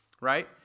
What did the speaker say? right